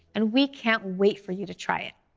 and we can't wait for you to try it.